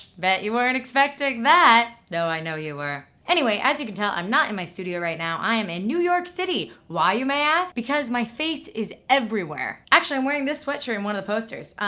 bet you weren't expecting that, though i know you were. anyway, as you can tell, i'm not in my studio right now. i am in new york city. why? you may ask, because my face is everywhere. actually i'm wearing this sweatshirt in one of the posters.